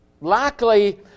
likely